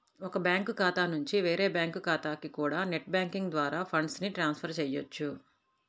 ఒక బ్యాంకు ఖాతా నుంచి వేరే బ్యాంకు ఖాతాకి కూడా నెట్ బ్యాంకింగ్ ద్వారా ఫండ్స్ ని ట్రాన్స్ ఫర్ చెయ్యొచ్చు